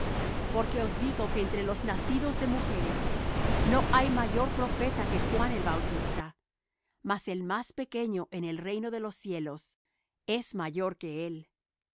porque os digo que entre los nacidos de mujeres no hay mayor profeta que juan el bautista mas el más pequeño en el reino de los cielos es mayor que él y